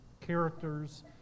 characters